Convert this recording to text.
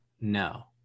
no